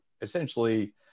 essentially